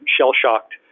shell-shocked